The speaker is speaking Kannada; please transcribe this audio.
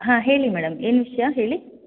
ಹಾಂ ಹೇಳಿ ಮೇಡಮ್ ಏನು ವಿಷಯ ಹೇಳಿ